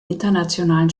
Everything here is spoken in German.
internationalen